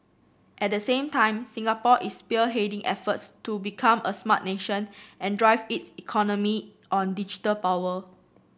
at the same time Singapore is spearheading efforts to become a Smart Nation and drive its economy on digital power